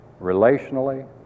relationally